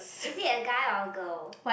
is it a guy or a girl